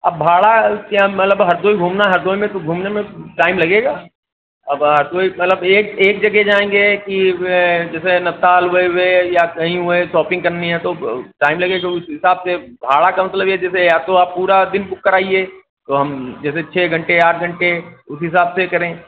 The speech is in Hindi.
अब भाड़ा क्या मलब हरदोई घूमना है हरदोई मे तो घूमने में टाइम लगेगा अब कोई मतलब एक एक जगह जाएंगे कि जैसे नवताल वह हुवे या कहीं हुए सोपिंग करनी हैं तो टाइम लगेगा उस हिसाब से भाड़ा कम तो लगे जैसे आप तो आप पूरा दिन बुक कराइए तो हम जैसे छः घंटे आठ घंटे उस हिसाब से करें